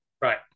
Right